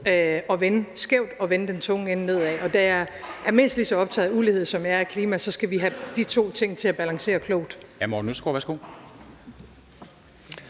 at vende skævt og vende den tunge ende nedad, og da jeg er mindst lige så optaget af ulighed, som jeg er af klima, skal vi have de to ting til at balancere klogt.